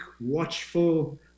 watchful